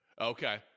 Okay